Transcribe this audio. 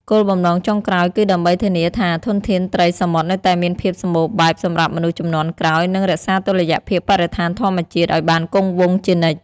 គោលបំណងចុងក្រោយគឺដើម្បីធានាថាធនធានត្រីសមុទ្រនៅតែមានភាពសម្បូរបែបសម្រាប់មនុស្សជំនាន់ក្រោយ និងរក្សាតុល្យភាពបរិស្ថានធម្មជាតិឲ្យបានគង់វង្សជានិច្ច។